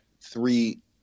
three